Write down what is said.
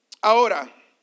Ahora